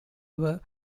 were